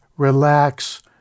relax